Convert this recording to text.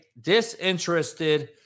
disinterested